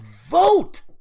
vote